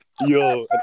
Yo